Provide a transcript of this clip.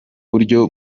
buryo